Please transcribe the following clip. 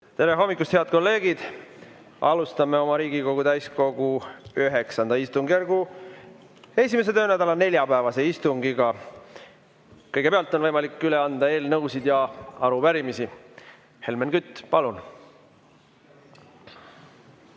Tere hommikust, head kolleegid! Alustame Riigikogu täiskogu IX istungjärgu 1. töönädala neljapäevast istungit. Kõigepealt on võimalik üle anda eelnõusid ja arupärimisi. Helmen Kütt, palun!